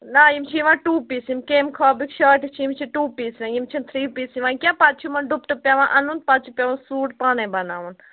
نہَ یِم چھِ یِوان ٹوٗ پیٖس یِم کیٚمہِ خٲبٕکۍ شاٹٕز چھِ یِم چھِ ٹوٗ پیٖس یِوان یِم چھِنہٕ تھرٛی پیٖس یِوان کیٚنٛہہ پَتہٕ چھُ یِمَن دُپٹہٕ پٮ۪وان اَنُن پَتہٕ چھُ پٮ۪وان سوٗٹ پانَے بَناوُن